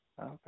Okay